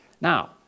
Now